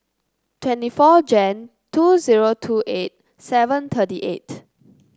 twenty four Jan two zero two eight seven thirty eight